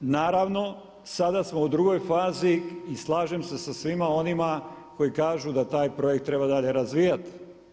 Naravno sada smo u drugoj fazi i slažem se sa svima onima koji kažu da taj projekt treba dalje razvijati.